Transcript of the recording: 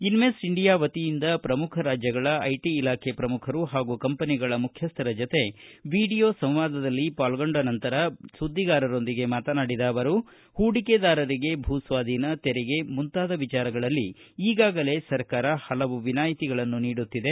invest India ವತಿಯಿಂದ ಪ್ರಮುಖ ರಾಜ್ಜಗಳ ಐಟಿ ಇಲಾಖೆ ಪ್ರಮುಖರು ಹಾಗೂ ಕಂಪನಿಗಳ ಮುಖ್ಯಸ್ಥರ ಜತೆ ವೀಡಿಯೋ ಸಂವಾದದಲ್ಲಿ ಪಾಲ್ಗೊಂಡ ನಂತರ ಸುದ್ದಿಗಾರರೊಂದಿಗೆ ಮಾತನಾಡಿದ ಅವರು ಹೂಡಿಕೆದಾರರಿಗೆ ಭೂ ಸ್ವಾಧೀನ ತೆರಿಗೆ ಮುಂತಾದ ವಿಚಾರದಲ್ಲಿ ಈಗಾಗಲೇ ಸರ್ಕಾರ ಹಲವು ವಿನಾಯಿತಿಗಳನ್ನು ನೀಡುತ್ತಿದೆ